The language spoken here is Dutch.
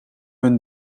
hun